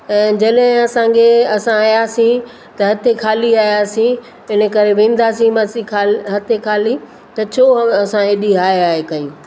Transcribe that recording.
ऐं जॾहिं असांखे असां आहियासीं त हथे ख़ाली आहियासीं इन करे वेंदासीं मांसि ख़ाली हथे ख़ाली त छो असां एॾी हाय हाय कयूं